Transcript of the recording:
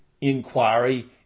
inquiry